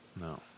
No